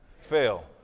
Fail